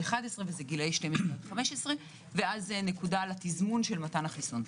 11 וזה גילאי 12 עד 15 ועל זה נקודה על התזמון של מתן החיסון.